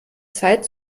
zeit